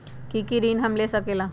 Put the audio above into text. की की ऋण हम ले सकेला?